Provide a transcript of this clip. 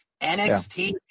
NXT